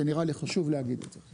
זה נראה לי חשוב להגיד את זה.